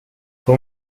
con